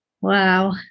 wow